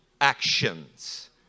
actions